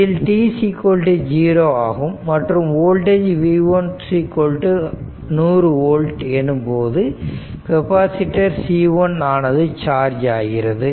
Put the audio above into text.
இதில் t0 ஆகும் மற்றும் வோல்டேஜ் v1 100 ஓல்ட் எனும்போது கெப்பாசிட்டர் C1 ஆனது சார்ஜ் ஆகிறது